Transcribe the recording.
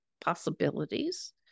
possibilities